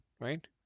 right